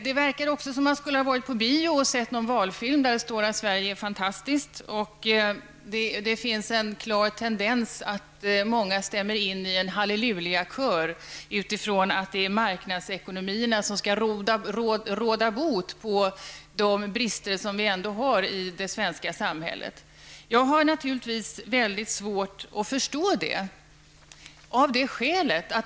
Det verkar också som om Daniel Tarschys skulle ha varit på bio och sett en valfilm i vilken det sägs att Sverige är fantastiskt. Det finns en klar tendens hos många att stämma in i en hallelujakör och säga att det är marknadsekonomierna som skall råda bot på de brister som ändå finns i det svenska samhället. Jag har naturligtvis mycket svårt att förstå detta.